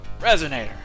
Resonator